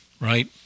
Right